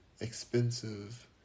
expensive